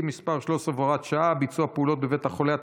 (מס' 13 והוראת שעה) (ביצוע פעולות בבית החולה),